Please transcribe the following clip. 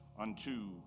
unto